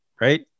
right